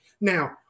Now